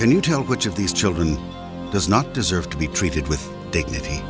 can you tell which of these children does not deserve to be treated with dignity